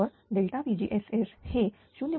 तर pgss हे 0